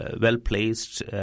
well-placed